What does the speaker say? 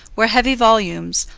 where heavy volumes,